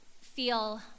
feel